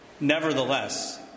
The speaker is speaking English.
Nevertheless